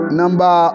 number